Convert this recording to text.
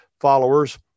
followers